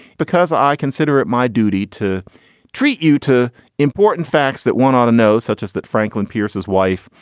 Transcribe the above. because i consider it my duty to treat you to important facts that one ought to know, such as that franklin pierce, his wife,